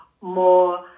more